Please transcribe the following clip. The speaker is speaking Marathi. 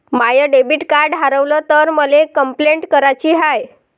माय डेबिट कार्ड हारवल तर मले कंपलेंट कराची हाय